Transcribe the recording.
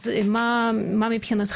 אז מה מבחינתכם?